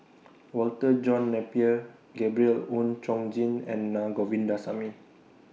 Walter John Napier Gabriel Oon Chong Jin and Na Govindasamy